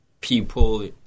people